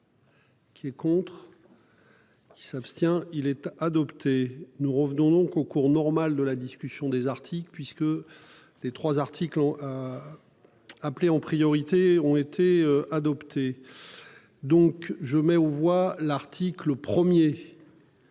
Qui est contre. Il s'abstient il était adopté. Nous revenons donc au cours normal de la discussion des articles puisque les 3 articles ont. Appelé en priorité ont été adoptés. Donc je mets aux voix l'article 1er.--